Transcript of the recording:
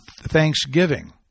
Thanksgiving